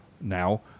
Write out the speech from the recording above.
now